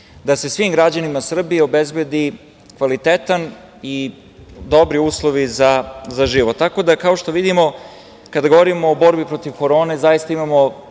da se svim građanima Srbije obezbedi kvalitetni i dobri uslovi za život. Kao što vidimo, kada govorimo o borbi protiv korone zaista imamo